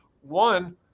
one